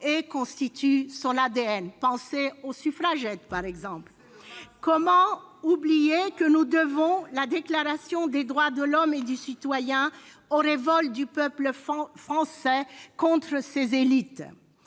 français ! Pensez aux suffragettes, par exemple. Comment oublier que nous devons la Déclaration des droits de l'homme et du citoyen aux révoltes du peuple français contre ses élites ?